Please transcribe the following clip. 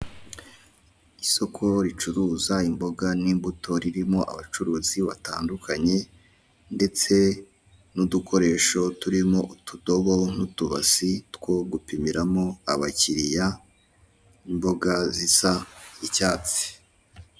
Isoko ricuruza imboga n'imbuto ririmo abacuruzi batandukanye ndetse n'udukoresho turimo utudobo nutu base two gupimiramo abakiriya, imboga zisa icyatsi .